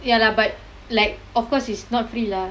ya lah but like of course is not free lah